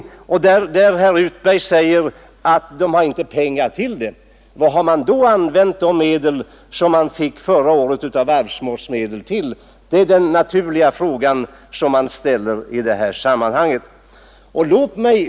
Herr Utberg säger nu att de inte har pengar för denna verksamhet. Men till vad har man då använt de pengar som man fick förra året av arvfondsmedel? Det är den naturliga frågan som man ställer sig i det här sammanhanget.